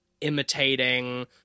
imitating